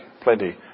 plenty